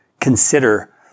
consider